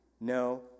No